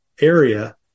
area